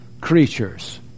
creatures